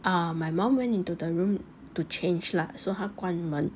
uh my mom went into the room to change lah so 她关门